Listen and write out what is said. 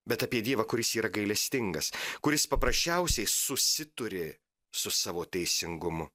bet apie dievą kuris yra gailestingas kuris paprasčiausiai susituri su savo teisingumu